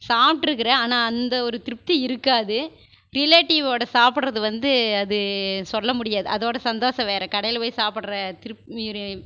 சாப்பிட்ருக்குறேன் ஆனால் அந்த ஒரு திருப்தி இருக்காது ரிலேட்டிவ்வோட சாப்பிடுறது வந்து அது சொல்ல முடியாது அதோட சந்தோஷம் வேறு கடையில் போய் சாப்பிட்ற திருப்தி